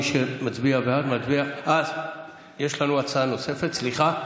מי שמצביע בעד, מצביע, יש לנו הצעה נוספת, סליחה.